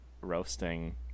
roasting